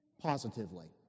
positively